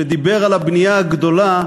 שדיבר על הבנייה הגדולה